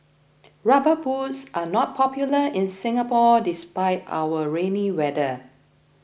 rubber boots are not popular in Singapore despite our rainy weather